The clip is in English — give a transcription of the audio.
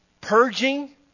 purging